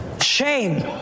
Shame